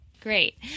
Great